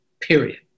Period